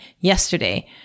yesterday